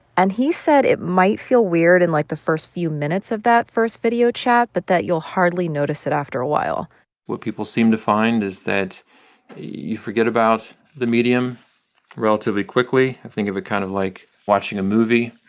and he said it might feel weird in, like, the first few minutes of that first video chat but that you'll hardly notice it after a while what people seem to find is that you forget about the medium relatively quickly. think of it kind of like watching a movie.